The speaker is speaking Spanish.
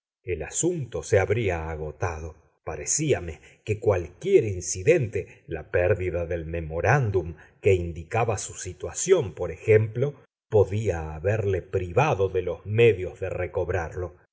el asunto se habría agotado parecíame que cualquier incidente la pérdida del memorándum que indicaba su situación por ejemplo podía haberle privado de los medios de recobrarlo